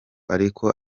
ariko